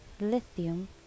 lithium